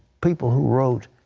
people who wrote,